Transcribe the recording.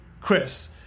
Chris